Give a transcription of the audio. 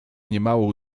niemałą